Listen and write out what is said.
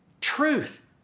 truth